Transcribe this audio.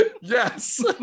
yes